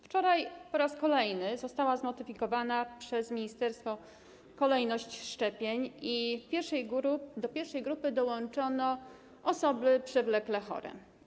Wczoraj po raz kolejny została zmodyfikowana przez ministerstwo kolejność szczepień i do pierwszej grupy dołączono osoby przewlekle chore.